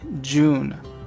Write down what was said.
June